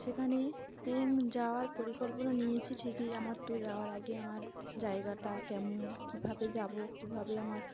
সেখানে এ যাওয়ার পরিকল্পনা নিয়েছি ঠিকই আমার তো যাওয়ার আগে আমার জায়গাটা কেমন কীভাবে যাবো কীভাবে আমার